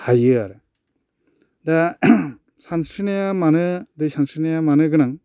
हायो आरो दा सानस्रिनाया मानो दै सानस्रिनाया मानो गोनां